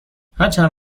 هرچند